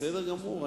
בסדר גמור.